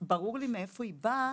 ברור לי מאיפה היא באה,